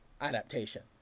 adaptation